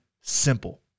simple